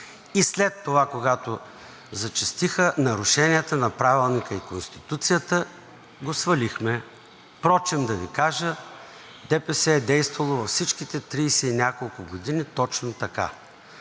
и след това, когато зачестиха нарушенията на Правилника и Конституцията, го свалихме. Впрочем да Ви кажа, ДПС е действало във всичките тридесет и няколко години точно така.